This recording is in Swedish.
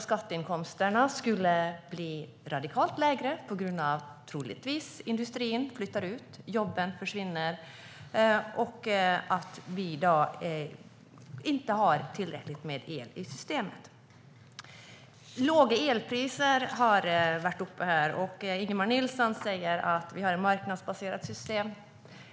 Skatteinkomsterna skulle bli radikalt lägre på grund av att industrin troligtvis flyttar ut, jobben försvinner och vi i dag inte har tillräckligt med el i systemet. Låga elpriser har tagits upp här, och Ingemar Nilsson säger att vi har ett marknadsbaserat system.